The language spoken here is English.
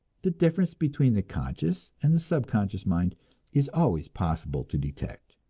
the difference between the conscious and the subconscious mind is always possible to detect,